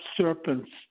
serpents